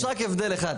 יש רק הבדל אחד.